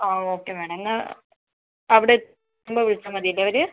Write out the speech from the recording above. ആ okay madam എന്നാൽ അവിടെ എത്തുമ്പോൾ വിളിച്ചാൽ മതിയല്ലോ അവർ